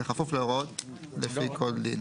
בכפוף להוראות לפי כל דין.